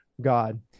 God